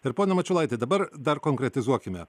ir pone mačiulaiti dabar dar konkretizuokime